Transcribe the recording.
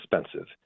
expensive